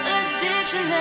addiction